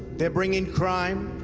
they're bringing crime,